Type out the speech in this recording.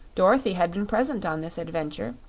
dorothy had been present on this adventure,